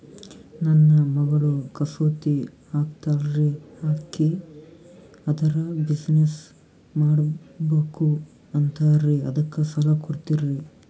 ನನ್ನ ಮಗಳು ಕಸೂತಿ ಹಾಕ್ತಾಲ್ರಿ, ಅಕಿ ಅದರ ಬಿಸಿನೆಸ್ ಮಾಡಬಕು ಅಂತರಿ ಅದಕ್ಕ ಸಾಲ ಕೊಡ್ತೀರ್ರಿ?